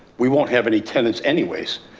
we won't have any tenants anyways.